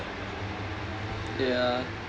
ya